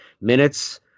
minutes